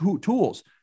tools